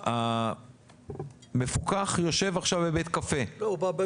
המפוקח יושב בבית קפה.